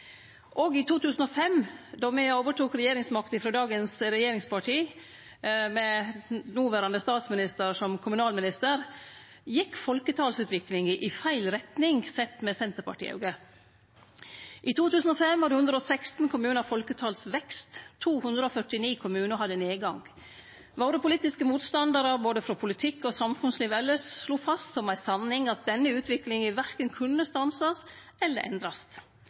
i 2005, då me overtok regjeringsmakta frå dagens regjeringsparti med noverande statsminister som kommunalminister, gjekk folketalsutviklinga i feil retning sett med Senterparti-auge. I 2005 hadde 116 kommunar folketalsvekst, 249 kommunar hadde nedgang. Våre politiske motstandarar, både frå politikk og samfunnsliv elles, slo fast som ei sanning at denne utviklinga verken kunne stansast eller endrast.